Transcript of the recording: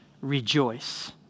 rejoice